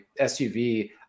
SUV